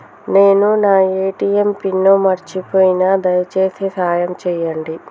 నేను నా ATM PIN మర్చిపోయిన, దయచేసి సాయం చేయండి